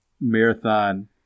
marathon